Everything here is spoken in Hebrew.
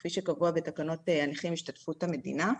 כפי שקבוע בתקנות הנכים "השתתפות המדינה".